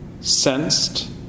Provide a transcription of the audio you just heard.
sensed